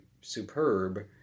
superb